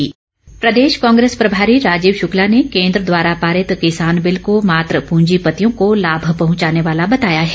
कांग्रेस शुक्ला प्रदेश कांग्रेस प्रभारी राजीव शुक्ला ने केन्द्र द्वारा पारित किसान बिल को मात्र पूंजीपतियों को लाम पहुंचाने वाला बताया है